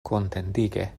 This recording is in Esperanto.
kontentige